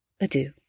adieu